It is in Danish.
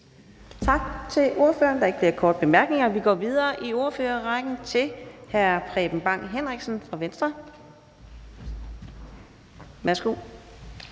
Tak til ordføreren. Der er ikke flere korte bemærkninger, så vi går videre i ordførerrækken til hr. Michael Aastrup Jensen fra Venstre. Værsgo.